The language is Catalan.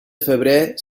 febrer